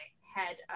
head